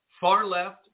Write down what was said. far-left